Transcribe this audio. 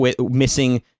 missing